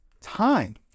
time